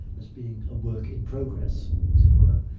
as being a work in progress, as it were,